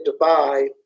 Dubai